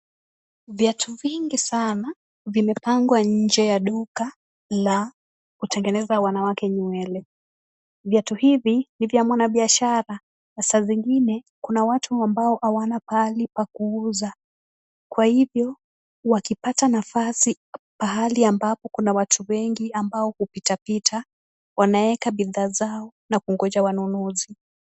Viatu vingi sana vimepangwa nje ya duka la kutengeneza wanawake nywele. Viatu hivi ni vya mwanabiashara na saa zingine kuna watu ambao hawana pahali pa kuuza kwa hivyo wakipata nafasi pahali ambapo kuna watu wengi ambao hupitapita, wanaweka bidhaa zao na kungoja wanunuzi.